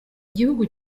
gihugu